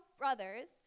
brothers